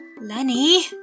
Lenny